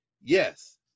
yes